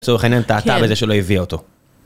לצורך העניין טעתה בזה שלא הביאה אותו